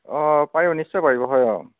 অঁ পাৰিব নিশ্চয় পাৰিব হয় অঁ